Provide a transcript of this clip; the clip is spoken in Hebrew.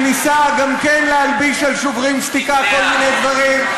שניסה גם כן להלביש על "שוברים שתיקה" כל מיני דברים,